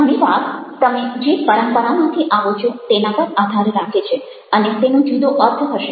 ઘણી વાર તમે જે પરંપરામાંથી આવો છો તેના પર આધાર રાખે છે અને તેનો જુદો અર્થ હશે